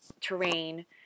terrain